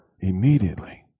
Immediately